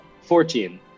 fourteen